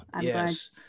yes